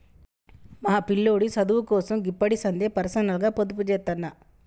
మా పిల్లోడి సదువుకోసం గిప్పడిసందే పర్సనల్గ పొదుపుజేత్తన్న